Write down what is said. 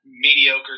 mediocre